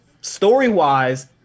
Story-wise